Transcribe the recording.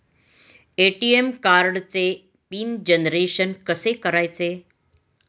ATM कार्डचे PIN generation कसे करायचे?